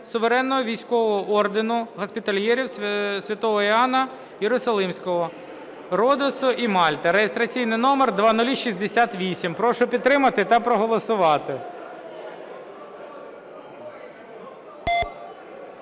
Суверенного Військового Ордену Госпітальєрів Святого Іоанна Єрусалимського, Родосу і Мальти (реєстраційний номер 0068). Прошу підтримати та проголосувати.